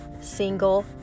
single